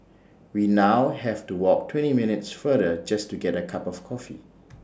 we now have to walk twenty minutes farther just to get A cup of coffee